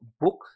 book